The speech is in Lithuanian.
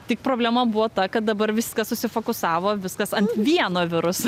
tik problema buvo ta kad dabar viskas susifokusavo viskas ant vieno viruso